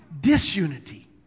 Disunity